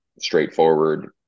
straightforward